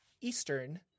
Eastern